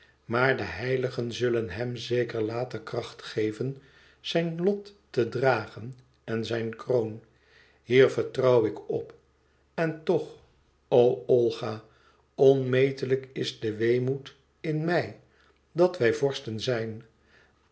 maar de heiligen zullen hem zeker later kracht geven zijn lot te dragen en zijn kroon hier vertrouw ik op en toch o olga onmetelijk is de weemoed in mij dat wij vorsten zijn